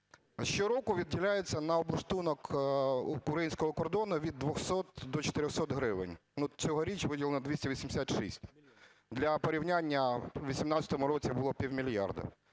Щороку виділяється на облаштунок українського кордону від 200 до 400 гривень. Цьогоріч виділено 286. Для порівняння: у 18-му році було пів мільярда.